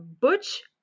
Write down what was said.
butch